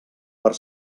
per